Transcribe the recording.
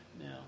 No